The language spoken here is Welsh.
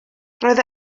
roedd